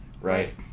Right